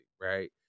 right